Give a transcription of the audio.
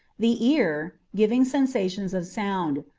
the ear, giving sensations of sound.